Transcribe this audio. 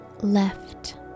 left